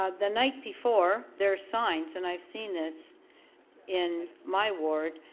ah the night before there are signs, and i've seen this in my ward,